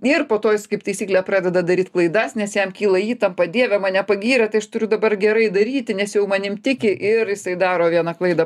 ir po to jis kaip taisyklė pradeda daryt klaidas nes jam kyla įtampa dieve mane pagyrė tai aš turiu dabar gerai daryti nes jau manim tiki ir jisai daro vieną klaidą